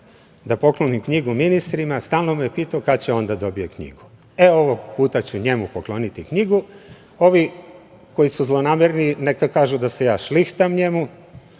da poklonim knjigu ministrima stalno me pitao kada će on da dobije knjigu i ovog puta ću njemu pokloniti knjigu. Ovi koji su zlonamerni neka kažu da se ja šlihtam njemu,